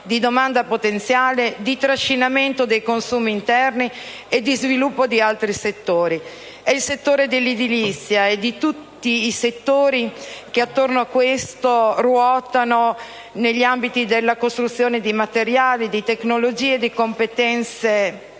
di domanda potenziale, di trascinamento dei consumi interni e di sviluppo di altri settori: sto parlando del settore dell'edilizia e di tutti i settori che attorno a questo ruotano negli ambiti della costruzione di materiali, di tecnologie e di competenze